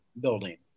building